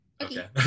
Okay